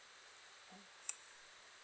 mm